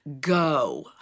go